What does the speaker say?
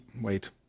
wait